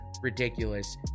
Ridiculous